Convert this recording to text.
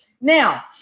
Now